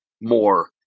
more